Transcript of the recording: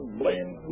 blame